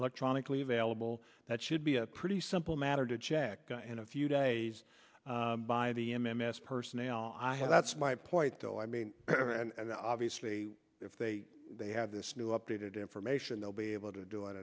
electronically available that should be a pretty simple matter to check in a few days by the m m s personnel i have that's my point though i mean and obviously if they they have this new updated information they'll be able to do